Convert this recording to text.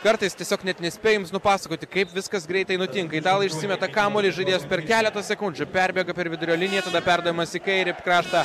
kartais tiesiog net nespėju jums nupasakoti kaip viskas greitai nutinka italai išsimeta kamuolį žaidėjas per keletą sekundžių perbėga per vidurio liniją tada perdavimas į kairįjį kraštą